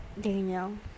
Daniel